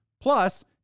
Plus